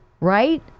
right